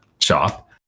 shop